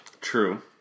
True